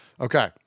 Okay